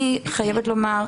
אני חייבת לומר,